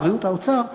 הבריאות והאוצר,